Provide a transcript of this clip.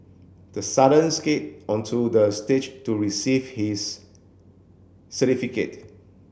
the sudden skate onto the stage to receive his certificate